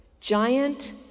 giant